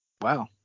wow